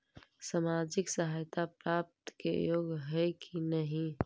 सामाजिक सहायता प्राप्त के योग्य हई कि नहीं?